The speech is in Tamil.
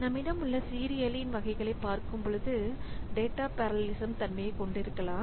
நம்மிடம் உள்ள சீரியலின் வகைகளைப் பார்க்கும்போது டேட்டா பெரலலிசம் தன்மையைக் கொண்டிருக்கலாம்